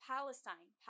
Palestine